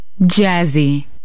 Jazzy